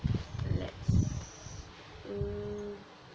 let's let's